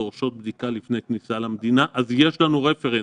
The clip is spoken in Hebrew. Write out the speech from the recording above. דורשות בדיקה לפני הכניסה למדינה - אז יש לנו רפרנס.